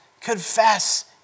confess